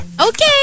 Okay